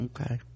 okay